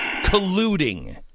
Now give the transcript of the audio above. colluding